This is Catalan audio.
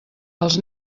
els